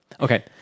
Okay